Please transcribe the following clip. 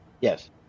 Yes